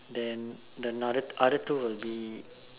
then the other two will be